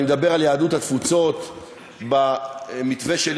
מדבר על יהדות התפוצות במתווה שלי,